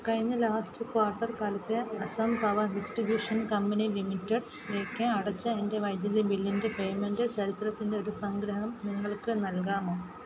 കഴിഞ്ഞ last quarter കാലത്തെ Assam power distribution company ലിമിറ്റഡിലേക്ക് അടച്ച എന്റെ വൈദ്യുതി ബില്ലിന്റെ പേമെൻറ്റ് ചരിത്രത്തിന്റെ ഒരു സംഗ്രഹം നിങ്ങൾക്ക് നൽകാമോ